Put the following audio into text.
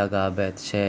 लगाबैत छै